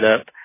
up